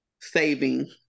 saving